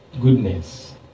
goodness